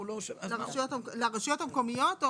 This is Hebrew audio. רק לרשויות המקומיות?